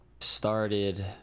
started